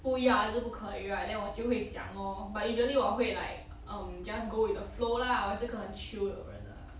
不要还是不可以 right then 我就会讲 lor but usually 我会 like um just go with the flow lah 我是个很 chill 的人的